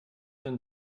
denn